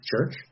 Church